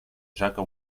jaka